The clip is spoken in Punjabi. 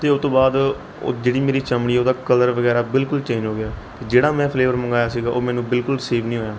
ਅਤੇ ਉਹ ਤੋਂ ਬਾਅਦ ਉਹ ਜਿਹੜੀ ਮੇਰੀ ਚਮੜੀ ਉਹਦਾ ਕਲਰ ਵਗੈਰਾ ਬਿਲਕੁਲ ਚੇਂਜ ਹੋ ਗਿਆ ਜਿਹੜਾ ਮੈਂ ਫਲੇਵਰ ਮੰਗਵਾਇਆ ਸੀਗਾ ਉਹ ਮੈਨੂੰ ਬਿਲਕੁਲ ਸੇਫ ਨਹੀਂ ਹੋਇਆ